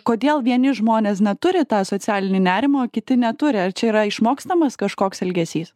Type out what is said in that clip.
kodėl vieni žmonės na turi tą socialinį nerimą o kiti neturi ar čia yra išmokstamas kažkoks elgesys